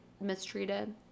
mistreated